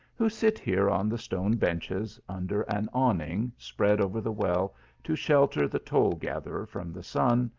who sit here on the stone benches under an awning spread over the well to shelter the toll-gatherer from the sun,